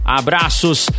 abraços